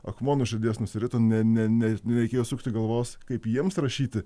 akmuo nuo širdies nusirito ne ne ne nereikėjo sukti galvos kaip jiems rašyti